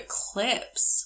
Eclipse